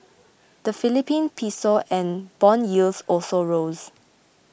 the Philippine piso and bond yields also rose